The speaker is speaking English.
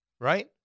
right